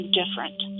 different